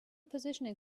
positioning